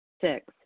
Six